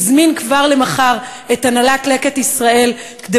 הזמין כבר למחר את הנהלת "לקט ישראל" לחשוב